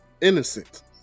innocent